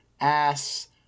ass